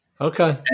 Okay